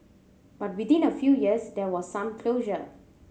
but within a few years there was some closure